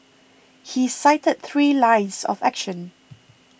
he cited three lines of action